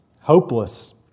hopeless